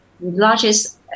largest